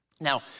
Now